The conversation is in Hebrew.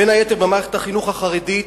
בין היתר במערכת החינוך החרדית.